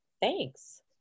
Thanks